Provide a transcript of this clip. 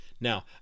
now